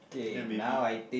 then maybe